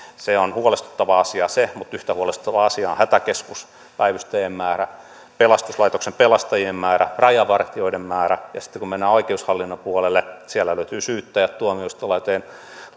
se on huolestuttava asia mutta yhtä huolestuttava asia on hätäkeskuspäivystäjien määrä pelastuslaitoksen pelastajien määrä rajavartioiden määrä ja sitten kun mennään oikeushallinnon puolelle sieltä löytyvät syyttäjät tuomioistuinlaitos